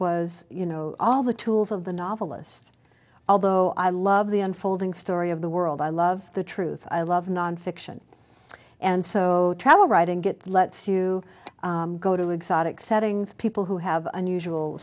was you know all the tools of the novelist although i love the unfolding story of the world i love the truth i love nonfiction and so travel writing get lets you go to exotic settings people who have unusual